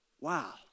wow